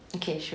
okay sure